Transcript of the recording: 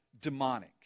demonic